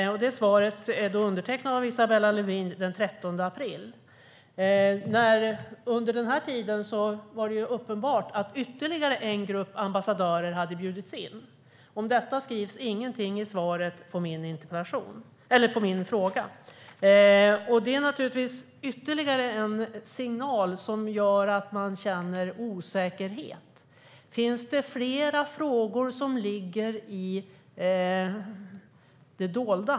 Svaret är undertecknat av Isabella Lövin den 13 april. Under denna tid blev det dock uppenbart att ytterligare en grupp ambassadörer hade bjudits in. Om detta skrivs inget i svaret på min fråga. Det är givetvis ytterligare en signal som gör att vi känner osäkerhet. Finns det fler frågor som ligger i det dolda?